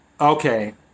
okay